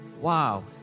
Wow